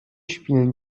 spielen